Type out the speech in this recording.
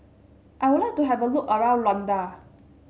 I would like to have a look around Luanda